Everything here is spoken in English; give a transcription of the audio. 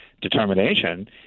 determination